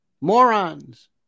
morons